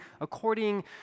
according